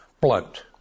Blunt